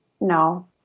No